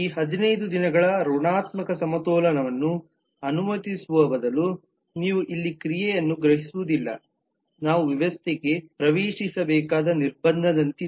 ಈ 15 ದಿನಗಳ ಋಣಾತ್ಮಕ ಸಮತೋಲನವನ್ನು ಅನುಮತಿಸುವ ಬದಲು ನೀವು ಇಲ್ಲಿ ಕ್ರಿಯೆಯನ್ನು ಗ್ರಹಿಸುವುದಿಲ್ಲ ನಾವು ವ್ಯವಸ್ಥೆಗೆ ಪ್ರವೇಶಿಸಬೇಕಾದ ನಿರ್ಬಂಧದಂತಿದೆ